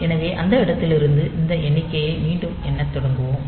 எனவே அந்த இடத்திலிருந்து இந்த எண்ணிக்கையை மீண்டும் எண்ணத் தொடங்குவோம்